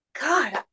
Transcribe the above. God